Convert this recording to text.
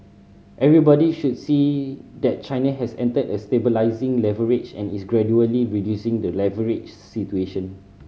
everybody should see that China has entered a stabilising leverage and is gradually reducing the leverage situation